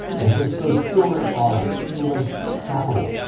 and since those children are human capital,